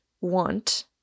want